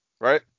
Right